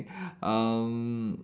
um